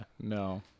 no